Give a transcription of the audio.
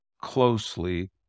closely